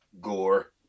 Gore